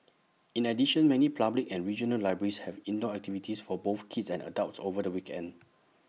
in addition many public and regional libraries have indoor activities for both kids and adults over the weekend